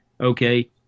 okay